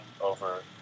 over